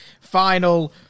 final